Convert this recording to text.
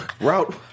route